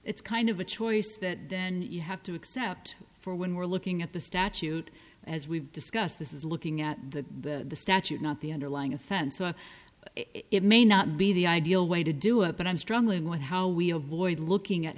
it's kind of a choice that then you have to except for when we're looking at the statute as we've discussed this is looking at the statute not the underlying offense so it may not be the ideal way to do it but i'm struggling with how we avoid looking at